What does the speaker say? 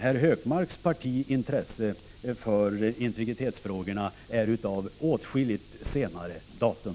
Herr Hökmarks partis intresse för integritetsfrågorna är av åtskilligt senare datum.